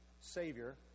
Savior